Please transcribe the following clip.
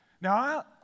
Now